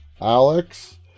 Alex